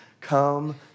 come